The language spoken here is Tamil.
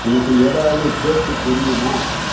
உனக்கு ஏதாவது ஜோக்கு தெரியுமா